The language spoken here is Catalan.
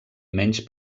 menys